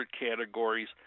categories